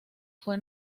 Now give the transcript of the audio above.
fue